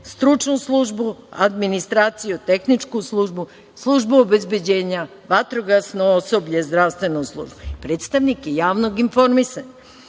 stručnu službu, administraciju, tehničku službu, službu obezbeđenja, vatrogasno osoblje, zdravstvenu službu, predstavnike javnog informisanja,